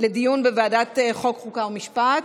לדיון בוועדת החוקה, חוק ומשפט